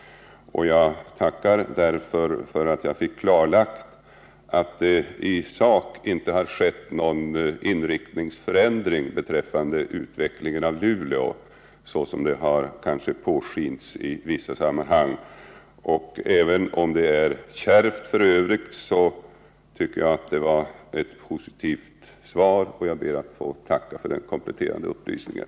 Jag tackar därför för att jag fick klarlagt att det i sak inte har skett någon inriktningsförändring beträffande utvecklingen av Luleå — vilket man har velat påskina i vissa sammanhang. Även om det är kärvt f. ö. tycker jag det var ett positivt svar, och jag ber att få tacka för den kompletterande upplysningen.